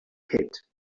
pit